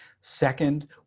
Second